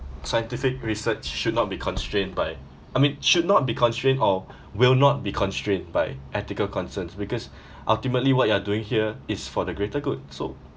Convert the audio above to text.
scientific research should not be constrained by I mean should not be constrained or will not be constrained by ethical concerns because ultimately what you are doing here is for the greater good so